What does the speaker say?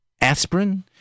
aspirin